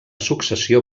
successió